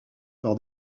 par